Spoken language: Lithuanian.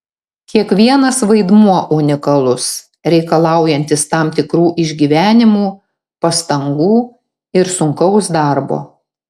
kiekvienas vaidmuo unikalus reikalaujantis tam tikrų išgyvenimų pastangų ir sunkaus darbo